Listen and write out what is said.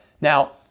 Now